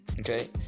Okay